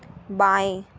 बाएँ